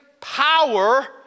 power